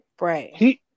Right